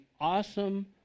awesome